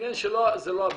העניין זה לא הבדיקה.